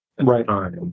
right